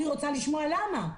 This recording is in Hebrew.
אני רוצה לשמוע למה.